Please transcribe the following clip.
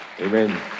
Amen